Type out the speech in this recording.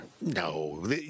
No